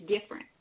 different